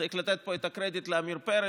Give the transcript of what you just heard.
צריך לתת פה את הקרדיט לעמיר פרץ.